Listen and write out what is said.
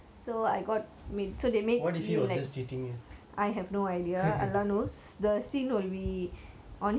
what if he was just cheating you